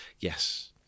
Yes